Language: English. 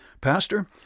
Pastor